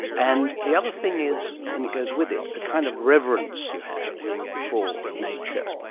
and the other thing is, and it goes with it, a kind of reverence you have for nature.